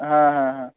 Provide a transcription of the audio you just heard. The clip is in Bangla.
হ্যাঁ হ্যাঁ হ্যাঁ